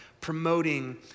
promoting